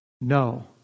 No